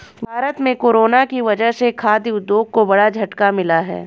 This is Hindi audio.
भारत में कोरोना की वजह से खाघ उद्योग को बड़ा झटका मिला है